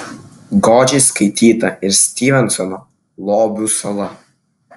godžiai skaityta ir styvensono lobių sala